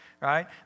Right